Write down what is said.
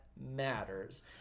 Matters